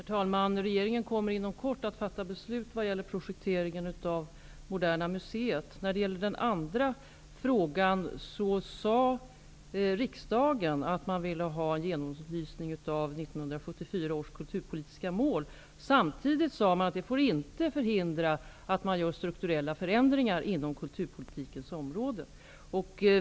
Herr talman! Regeringen kommer inom kort att fatta beslut vad gäller projekteringen av Moderna museet. Beträffande den andra frågan uttalade riksdagen att man ville ha en genomlysning av 1974 års kulturpolitiska mål. Samtidigt sade man att det inte får förhindra att man gör strukturella förändringar inom kulturpolitikens område.